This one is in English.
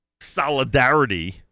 solidarity